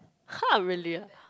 !huh! really ah